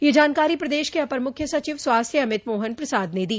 यह जानकारी प्रदेश के अपर मुख्य सचिव स्वास्थ्य अमित मोहन प्रसाद ने दी